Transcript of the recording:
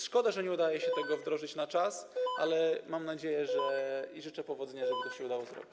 Szkoda, że nie udaje się tego wdrożyć na czas, ale mam nadzieję, że się uda, i życzę powodzenia, żeby to się udało zrobić.